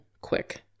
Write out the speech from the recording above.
quick